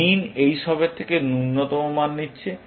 মিন এই সবের থেকে ন্যূনতম মান নিচ্ছে